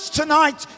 tonight